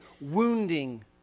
wounding